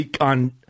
on